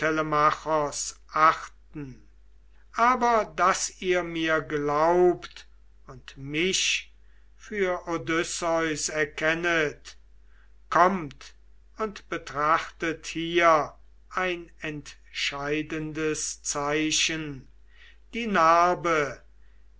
achten aber daß ihr mir glaubt und mich für odysseus erkennet kommt und betrachtet hier ein entscheidendes zeichen die narbe